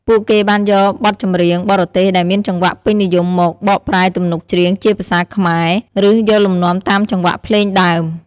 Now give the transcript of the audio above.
ពួកគេបានយកបទចម្រៀងបរទេសដែលមានចង្វាក់ពេញនិយមមក បកប្រែទំនុកច្រៀងជាភាសាខ្មែរ ឬ យកលំនាំតាមចង្វាក់ភ្លេង ដើម។